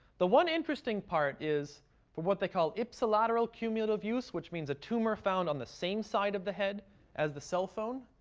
the one interesting part is for what they call ipsilateral cumulative use, which means a tumor found on the same side of the head as the cell phone,